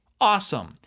Awesome